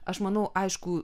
aš manau aišku